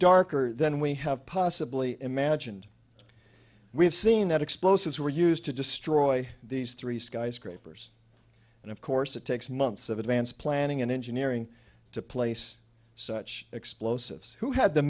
darker than we have possibly imagined we have seen that explosives were used to destroy these three skyscrapers and of course it takes months of advance planning and engineering to place such explosives who had the